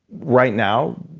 right now,